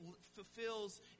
fulfills